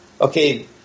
okay